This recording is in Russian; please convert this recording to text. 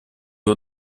его